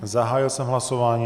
Zahájil jsem hlasování.